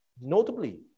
Notably